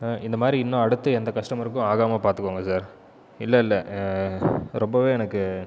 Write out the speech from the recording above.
இந்த மாதிரி இன்னும் அடுத்த எந்த கஸ்டமர்க்கும் ஆகாமல் பார்த்துக்கோங்க சார் இல்லை இல்லை ரொம்பவும் எனக்கு